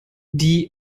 die